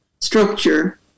structure